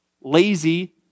lazy